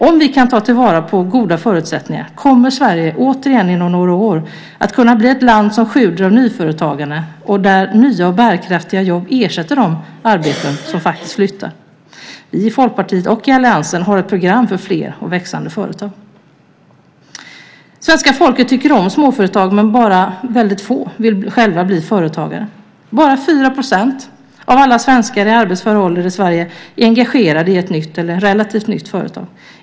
Om vi kan ta till vara goda förutsättningar kommer Sverige återigen inom några år att kunna bli ett land som sjuder av nyföretagande och där nya och bärkraftiga jobb ersätter de arbeten som faktiskt flyttar. Vi i Folkpartiet och i alliansen har ett program för fler och växande företag. Svenska folket tycker om småföretag, men väldigt få vill själva bli företagare. Bara 4 % av alla svenskar i arbetsför ålder i Sverige är engagerade i ett nytt eller relativt nytt företag.